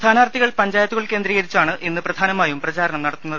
സ്ഥാനാർത്ഥികൾ പഞ്ചായത്തുകൾ കേന്ദ്രീകരിച്ചാണ് ഇന്ന് പ്രധാനമായും പ്രചാരണം നടത്തുന്നത്